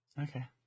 Okay